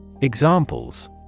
Examples